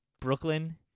Brooklyn